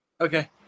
Okay